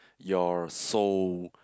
your soul